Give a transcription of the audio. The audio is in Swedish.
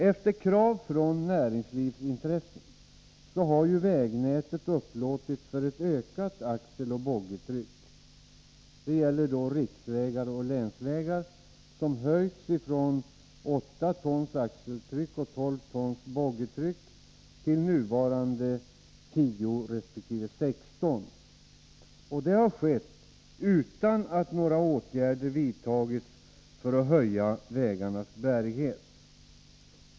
Efter krav från näringslivsintressen har vägnätet upplåtits för ett ökat axeloch boggitryck. Det gäller riksvägar och länsvägar där dessa tryck höjts från 8 tons axeltryck och 12 tons boggitryck till nuvarande 10 resp. 16. Detta har skett utan att några åtgärder vidtagits för att öka vägarnas bärighet.